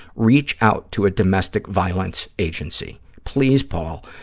reach out to a domestic violence agency. please, paul,